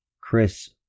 Chris